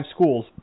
schools